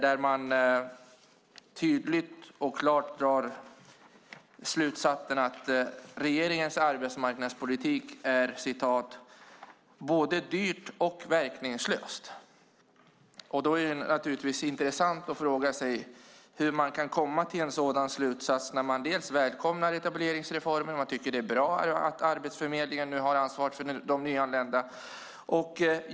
Där dras tydligt och klart slutsatsen att regeringens arbetsmarknadspolitik är både dyr och verkningslös. Då är det intressant att fråga hur man kan komma till en sådan slutsats när man välkomnar etableringsreformen och tycker att det är bra att Arbetsförmedlingen nu har ansvaret för de nyanlända.